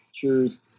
pictures